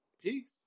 Peace